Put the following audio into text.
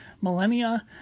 millennia